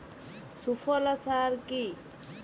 সুফলা সার কি?